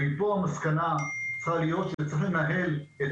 ומפה המסקנה צריכה להיות שצריך לנהל את